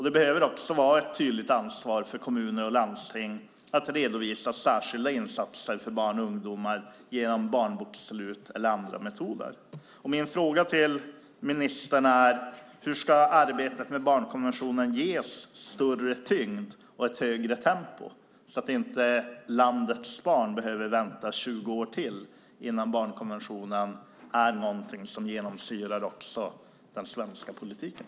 Det behöver också vara ett tydligt ansvar för kommuner och landsting att redovisa särskilda insatser för barn och ungdomar genom barnbokslut eller andra metoder. Min fråga till ministern är: Hur ska arbetet med barnkonventionen ges större tyngd och ett högre tempo så att inte landets barn behöver vänta i 20 år till innan barnkonventionen är någonting som genomsyrar också den svenska politiken?